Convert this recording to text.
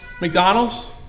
McDonald's